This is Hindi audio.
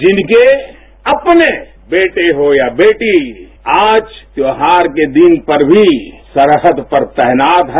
जिनके अपने बेटे हो या बेटी आज त्योहार के दिन पर भी सरहद पर तैनात हैं